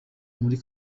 muri